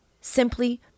simply